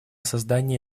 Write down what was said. создание